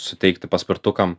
suteikti paspirtukam